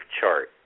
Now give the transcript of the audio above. chart